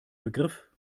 begriff